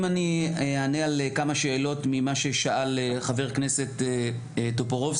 אם אני אענה על כמה שאלות ממה ששאל חבר כנסת טופורובסקי,